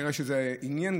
אני רואה שזה עניֵין,